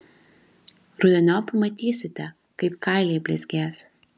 rudeniop matysite kaip kailiai blizgės